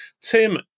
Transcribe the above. Tim